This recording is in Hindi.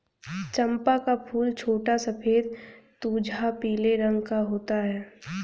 चंपा का फूल छोटा सफेद तुझा पीले रंग का होता है